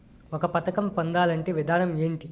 ఒక పథకం పొందాలంటే విధానం ఏంటి?